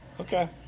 Okay